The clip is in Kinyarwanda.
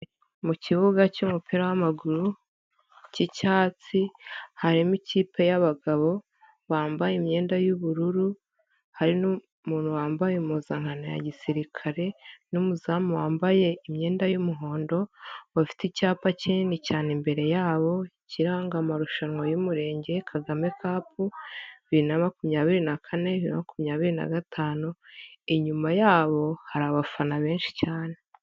Mu kibuga cy'umupira w'amaguru cy'icyatsi, harimo ikipe y'abagabo bambaye imyenda y'ubururu, hari n'umuntu wambaye impuzano ya gisirikare n'umuzamu wambaye imyenda y'umuhondo bafite icyapa kinini cyane imbere yabo, kiranga amarushanwa y'Umurenge Kagame kapu, bibiri na makumyabiri na kane bibiri na makumyabiri na gatanu, inyuma yabo hari abafana benshi cyane.